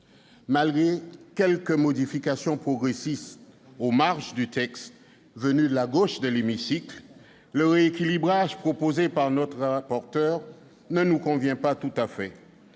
Malgré quelques modifications progressistes aux marges du texte, venues de la gauche de l'hémicycle, le rééquilibrage proposé par notre rapporteur ne nous convient pas tout à fait,